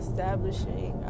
Establishing